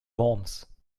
worms